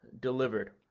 Delivered